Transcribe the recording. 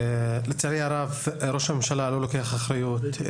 לצערי הרב ראש הממשלה לא לוקח אחריות,